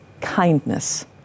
kindness